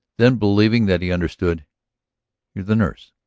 then, believing that he understood you're the nurse?